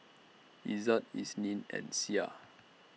Izzat Isnin and Syah